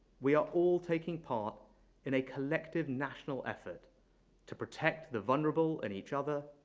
we are all taking part in a collective national effort to protect the vulnerable and each other,